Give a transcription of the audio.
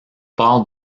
port